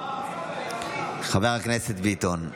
חבר הכנסת ביטון,